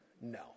No